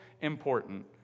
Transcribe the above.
important